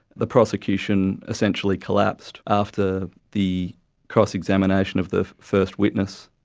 the prosecution essentially collapsed after the cross-examination of the first witness,